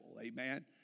Amen